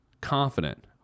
Confident